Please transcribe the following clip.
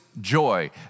joy